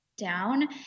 down